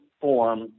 form